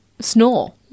snore